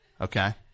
Okay